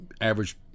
average